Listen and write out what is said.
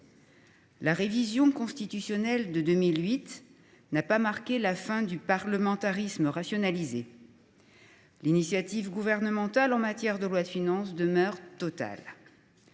La révision constitutionnelle de 2008 n’a pas marqué la fin du parlementarisme rationalisé. L’initiative gouvernementale en matière de loi de finances demeure totale.